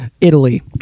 Italy